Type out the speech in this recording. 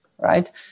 right